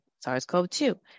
SARS-CoV-2